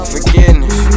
Forgiveness